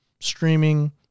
streaming